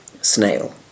snail